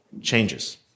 changes